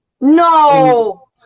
No